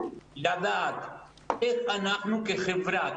איך אנחנו כחברה,